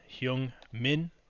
Hyung-Min